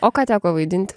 o ką teko vaidint